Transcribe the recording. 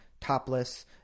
topless